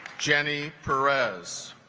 jenny perez